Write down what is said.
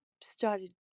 started